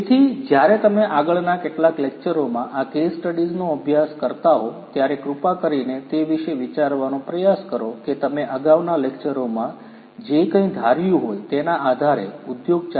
તેથી જ્યારે તમે આગળના કેટલાક લેકચરોમાં આ કેસ સ્ટડીઝનો અભ્યાસ કરતા હો ત્યારે કૃપા કરીને તે વિશે વિચારવાનો પ્રયાસ કરો કે તમે અગાઉના લેકચરોમાં તમે જે કંઇ ધાર્યું હોય તેના આધારે ઉદ્યોગ 4